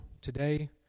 today